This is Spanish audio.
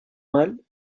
mal